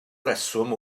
reswm